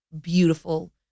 beautiful